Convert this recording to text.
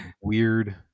weird